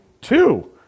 two